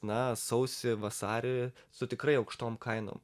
na sausį vasarį su tikrai aukštom kainom